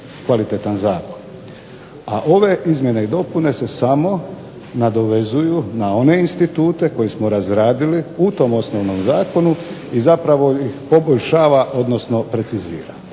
A ove izmjene i dopune se samo nadovezuju na one institute koje smo razradili u tom osnovnom zakonu i zapravo ih poboljšava, odnosno precizira.